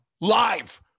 live